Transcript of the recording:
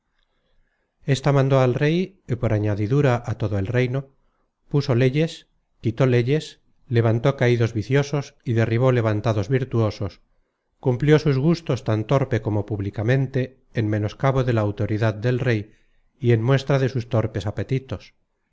ésta mandó al rey y por añadidura á todo el reino puso leyes quitó leyes levantó caidos viciosos y derribó levantados virtuosos cumplió sus gustos tan torpe como públicamente en menoscabo de la autoridad del rey y en muestra de sus torpes apetitos